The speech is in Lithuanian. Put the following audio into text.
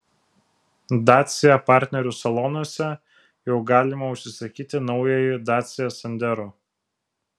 dacia partnerių salonuose jau galima užsisakyti naująjį dacia sandero